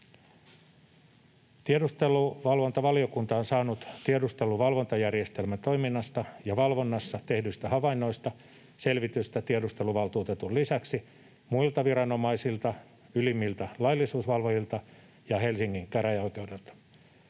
Tiedusteluvalvontavaliokunta on saanut tiedustelun valvontajärjestelmän toiminnasta ja valvonnassa tehdyistä havainnoista selvitystä tiedusteluvaltuutetun lisäksi muilta viranomaisilta, ylimmiltä laillisuusvalvojilta ja Helsingin käräjäoikeudelta.